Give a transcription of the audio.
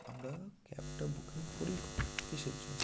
আমরা ক্যাবটা বুকিং করি কখন কীসের জন্য